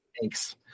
Thanks